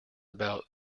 about